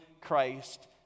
Christ